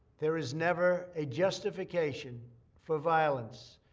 there is never a justification for violence,